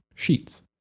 sheets